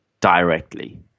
directly